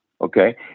Okay